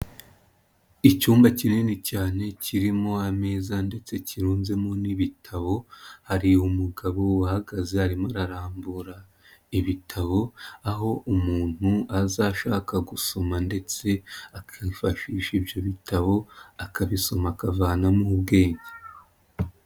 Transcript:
Icyumba kinini cyane kirimo ameza ndetse kirunzemo n'ibitabo, hari umugabo uhagaze arimo ararambura ibitabo, aho umuntu azashaka gusoma ndetse akifashisha ibyo bitabo, akabisoma akavanamo ubwenge.